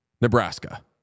Nebraska